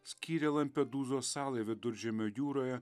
skyrė lampedūzos salai viduržemio jūroje